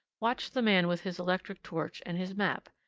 watched the man with his electric torch and his map,